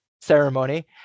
ceremony